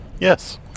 Yes